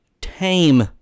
tame